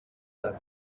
دارن